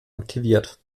aktiviert